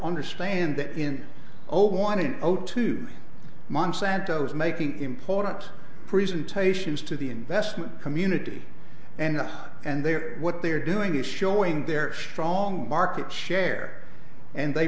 understand that in old want to go to monsanto is making important presentations to the investment community and and they're what they're doing is showing their strong market share and they